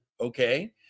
okay